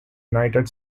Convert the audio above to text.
united